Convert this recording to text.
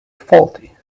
faulty